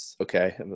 Okay